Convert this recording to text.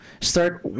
start